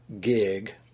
gig